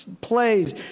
plays